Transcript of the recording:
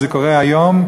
זה קורה היום,